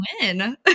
win